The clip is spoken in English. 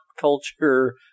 culture